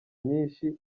nyinshi